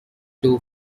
two